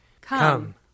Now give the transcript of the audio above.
Come